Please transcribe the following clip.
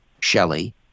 Shelley